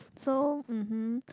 so mmhmm